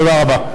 תודה רבה.